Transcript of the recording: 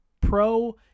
pro